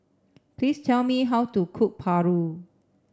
please tell me how to cook Paru